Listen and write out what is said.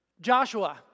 Joshua